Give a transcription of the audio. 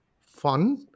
fun